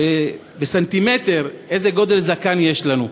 בסרט מידה איזה גודל זקן יש לנו.